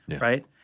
right